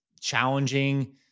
challenging